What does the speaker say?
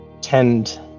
tend